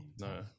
No